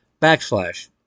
backslash